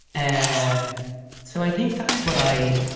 and yeah so i think that's what i